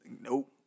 Nope